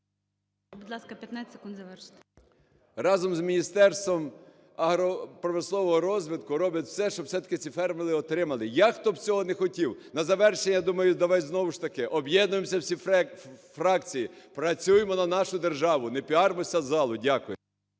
…разом з Міністерством агропромислового розвитку робить все, щоб все-таки ці фермери отримали, як то б хто цього не хотів. На завершення, я думаю, давайте знову ж таки: об'єднуємося, всі фракції, працюймо на нашу державу, не піаримося з залу. Дякую.